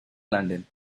london